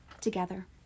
together